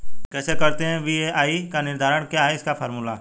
कैसे करते हैं बी.एम.आई का निर्धारण क्या है इसका फॉर्मूला?